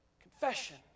Confession